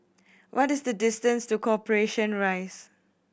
what is the distance to Corporation Rise